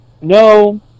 No